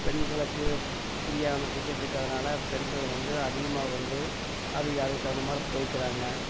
பெண்களுக்கு ஃப்ரீயான டிக்கெட் இருக்கிதுனால பெண்கள் வந்து அதிகமாக வந்து அவங்க அதுக்கு தகுந்த மாதிரி போய்க்கிறாங்க